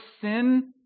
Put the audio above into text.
sin